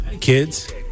Kids